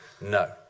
No